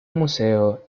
museo